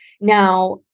Now